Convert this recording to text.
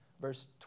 verse